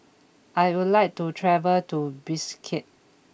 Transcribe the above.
I would like to travel to Bishkek